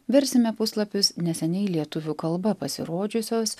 versime puslapius neseniai lietuvių kalba pasirodžiusios